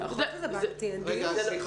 זה בכל זאת --- אני רק